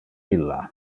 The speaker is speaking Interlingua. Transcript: illa